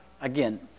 again